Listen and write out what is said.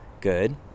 good